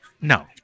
No